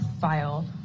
file